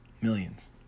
Millions